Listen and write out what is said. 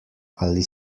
ali